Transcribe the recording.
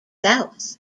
south